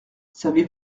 savez